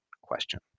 question